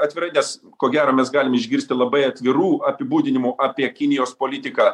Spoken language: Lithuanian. atvirai nes ko gero mes galim išgirsti labai atvirų apibūdinimų apie kinijos politiką